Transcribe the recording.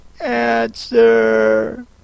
answer